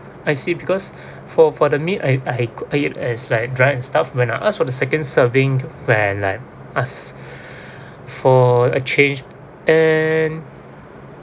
I see because for for the meat I I cook it as like dry and stuff when I ask for the second serving when like ask for a change and